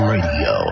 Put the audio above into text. Radio